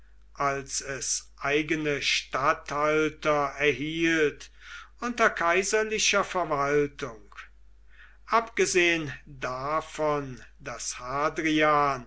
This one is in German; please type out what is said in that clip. als es eigene statthalter erhielt unter kaiserlicher verwaltung abgesehen davon daß